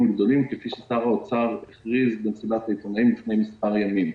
גדולים כפי ששר האוצר הכריז במסיבת העיתונאים לפני מספר ימים.